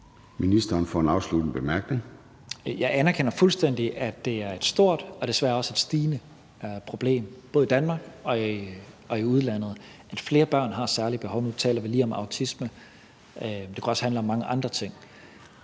(Mattias Tesfaye): Jeg anerkender fuldstændig, at det er et stort og desværre også et stigende problem både i Danmark og i udlandet, at flere børn har særlige behov. Nu taler vi lige om autisme. Det kunne også handle om mange andre ting.